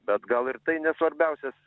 bet gal ir tai ne svarbiausias